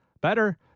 better